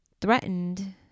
threatened